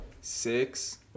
six